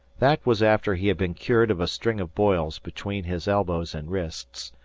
that was after he had been cured of a string of boils between his elbows and wrists,